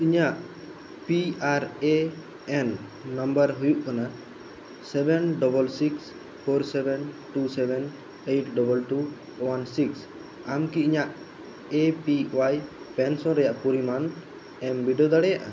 ᱤᱧᱟᱹᱜ P R A N number ᱦᱩᱭᱩᱜ ᱠᱟᱱᱟ seven double six four seven two seven eight double two one six ᱟᱢ ᱠᱤ ᱤᱧᱟᱹᱜ ᱮ ᱯᱤ ᱳᱭᱟᱭ ᱯᱮᱱᱥᱚᱱ ᱨᱮᱭᱟᱜ ᱯᱚᱨᱤᱢᱟᱱ ᱮᱢ ᱵᱤᱰᱟᱹᱣ ᱫᱟᱲᱮᱭᱟᱜᱼᱟ